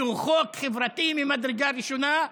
כי הוא חוק חברתי ממדרגה ראשונה,